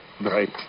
Right